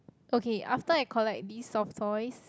okay after I collect these soft toys